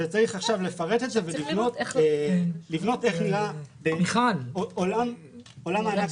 צריך עכשיו לפרט את זה ולבנות איך נראה עולם העבודה.